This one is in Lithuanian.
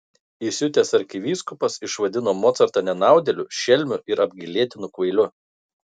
įsiutęs arkivyskupas išvadino mocartą nenaudėliu šelmiu ir apgailėtinu kvailiu